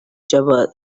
double